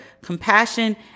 compassion